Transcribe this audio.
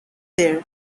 their